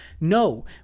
no